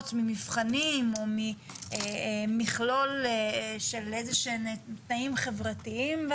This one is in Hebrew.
ממבחנים או ממכלול של איזה שהם תנאים חברתיים,